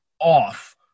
off